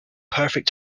perfect